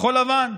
כחול לבן.